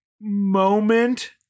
moment